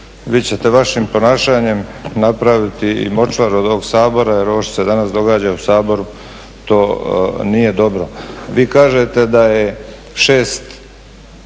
vi ćete vašim ponašanjem napraviti i močvaru od ovog Sabora jer ovo što se danas događa u Saboru to nije dobro. Vi kažete da je 6